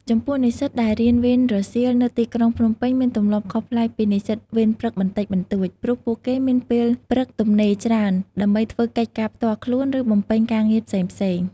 ចំំពោះនិស្សិតដែលរៀនវេនរសៀលនៅទីក្រុងភ្នំពេញ មានទម្លាប់ខុសប្លែកពីនិស្សិតវេនព្រឹកបន្តិចបន្តួច ព្រោះពួកគេមានពេលព្រឹកទំនេរច្រើនជាងដើម្បីធ្វើកិច្ចការផ្ទាល់ខ្លួន ឬបំពេញការងារផ្សេងៗ។